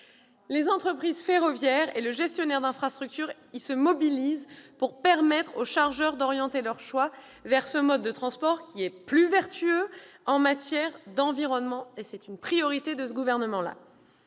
Les entreprises ferroviaires et le gestionnaire d'infrastructure se mobilisent pour permettre aux chargeurs d'orienter leurs choix vers ce mode de transport plus vertueux en matière environnementale, ce qui est une priorité de ce gouvernement.